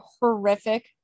horrific